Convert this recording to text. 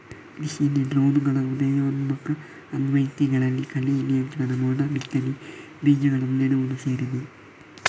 ಕೃಷಿಯಲ್ಲಿ ಡ್ರೋನುಗಳ ಉದಯೋನ್ಮುಖ ಅನ್ವಯಿಕೆಗಳಲ್ಲಿ ಕಳೆ ನಿಯಂತ್ರಣ, ಮೋಡ ಬಿತ್ತನೆ, ಬೀಜಗಳನ್ನು ನೆಡುವುದು ಸೇರಿದೆ